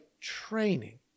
training